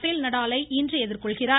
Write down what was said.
பேல் நடாலை இன்று எதிர்கொள்கிறார்